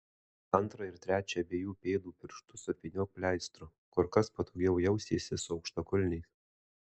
antrą ir trečią abiejų pėdų pirštus apvyniok pleistru kur kas patogiau jausiesi su aukštakulniais